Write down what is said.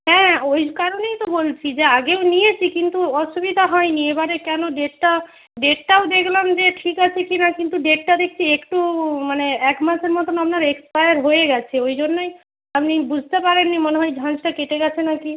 হ্যাঁ ওই কারণেই তো বলছি যে আগেও নিয়েছি কিন্তু অসুবিধা হয়নি এবারে কেন ডেটটা ডেটটাও দেখলাম যে ঠিক আছে কি না কিন্তু ডেটটা দেখছি একটু মানে এক মাসের মতন আপনার এক্সপায়ার হয়ে গেছে ওই জন্যই আপনি বুঝতে পারেননি মনে হয় ঝাঁঝটা কেটে গেছে নাকি